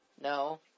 No